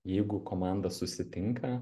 jeigu komanda susitinka